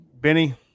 Benny